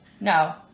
No